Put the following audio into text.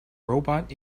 robot